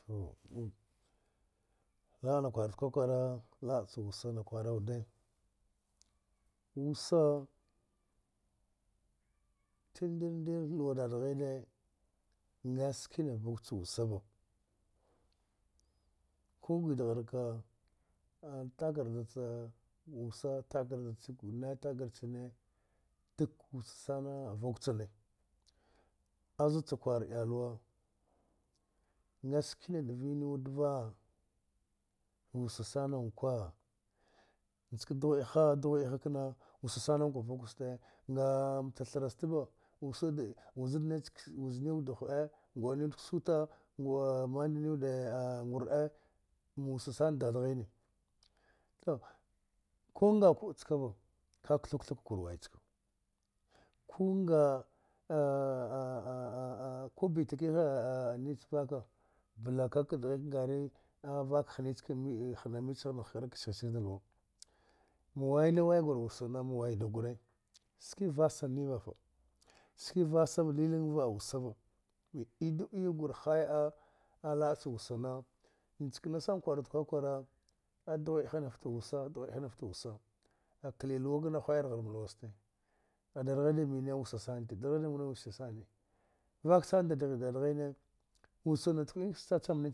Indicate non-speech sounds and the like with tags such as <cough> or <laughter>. <hesitation> laba kura kwara, labace wusa na kwara wude, wusa tindrere luwa dadahini askina vkwe ca wusava. Ku gwidaraka a takarda ce wusa takarda wine, takarda cine duk wusa sana vkwe tsine, azu ca kwara iyalwa a sikina da vini wudeva wusana akwa, nieken dughwede dughwede kena wusa sana vkwi sati a nata thire zfte, wuzine da hdwida, ugne wude ka sota uga'a mnadani gurdi ma wusa sana dada ghine. To ku nga kube cava ka kutha katha, kur waya chaka, ku <hesitation> bite kegha <hesitation> nice vka ka ka dighe bla ka ngaza, vka hana mbici, hana hakra ka sihi shiga da luwa, ma wani wanya kur wusa na, ma wai du kur, ski vasa na fe ski vassa illinse wusa va ɗiɗuwe gure hiya a laba ca wusana, niekene sana kwara kwara dughwedeha fte wusi dughwede fte wusa a kle luwa kena a hwayari ma luwa sita, dragha mine wusa sanata, dragha wusa, vka sana drata dradraghine, wusa ku ne cma cma ta